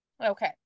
Okay